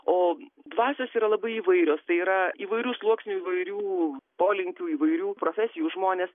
o dvasios yra labai įvairios tai yra įvairių sluoksnių įvairių polinkių įvairių profesijų žmonės